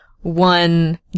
one